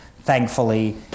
thankfully